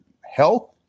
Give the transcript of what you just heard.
health